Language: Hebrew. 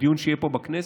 לדיון שיהיה פה בכנסת,